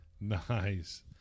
Nice